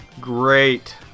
Great